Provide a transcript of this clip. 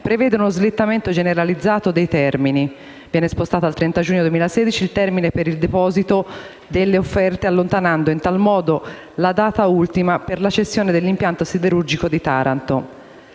prevede uno slittamento generalizzato dei termini. Viene spostato al 30 giugno 2016 il termine per il deposito delle offerte, allontanando, in tal modo, la data ultima per la cessione dell'impianto siderurgico di Taranto.